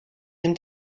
him